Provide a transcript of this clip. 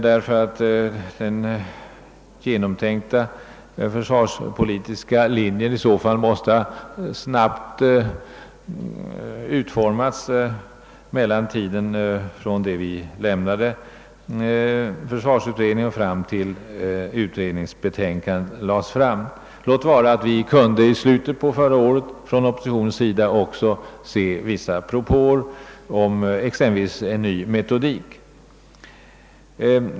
Den genomtänkta försvarspolitiska linjen måste i så fall ha utformats snabbt under den tid som förlöpt sedan vi lämnade försvarsutredningen till dess utredningens betänkande lades fram, låt vara att vi från oppositionssidan i slutet av förra året också fick ta del av vissa propåer om exempelvis en ny metodik för anslagsfördelningen.